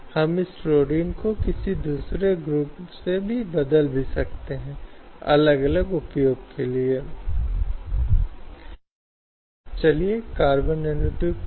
यह सुनिश्चित करने के लिए कि वह उस अवधि के माध्यम से जीवित रहने में सक्षम है अच्छी तरह से रहती है और यह देखने के लिए कि वह वापस आ सकती है और कार्य बल में शामिल हो सकती है